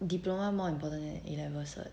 diploma more important than A level cert